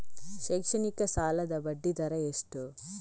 ಶೈಕ್ಷಣಿಕ ಸಾಲದ ಬಡ್ಡಿ ದರ ಎಷ್ಟು?